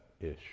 ish